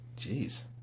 Jeez